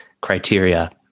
criteria